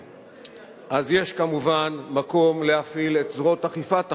אז יש כמובן מקום להפעיל את זרועות אכיפת החוק: